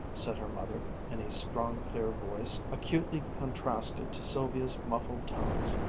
said her mother, in a strong, clear voice, acutely contrasted to sylvia's muffled tones,